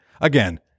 again